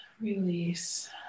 release